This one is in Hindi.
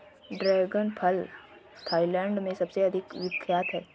ड्रैगन फल थाईलैंड में सबसे अधिक विख्यात है